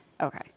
Okay